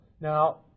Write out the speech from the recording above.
Now